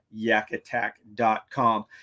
yakattack.com